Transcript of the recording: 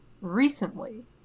recently